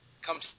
come